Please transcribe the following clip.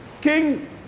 King